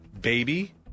Baby